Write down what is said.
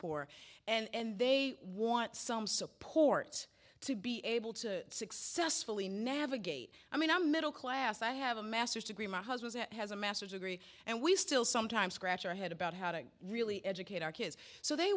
poor and they want some support to be able to successfully navigate i mean i'm middle class i have a master's degree my husband has a master's degree and we still sometimes scratch your head about how to really educate our kids so they